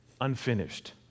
unfinished